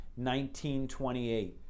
1928